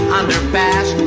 underpass